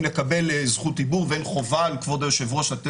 לקבל זכות דיבור ואין חובה על כבוד היושב-ראש לתת